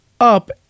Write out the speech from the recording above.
up